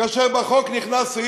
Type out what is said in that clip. כאשר בחוק נכנס סעיף,